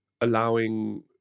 allowing